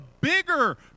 bigger